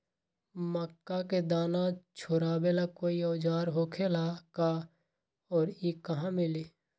मक्का के दाना छोराबेला कोई औजार होखेला का और इ कहा मिली?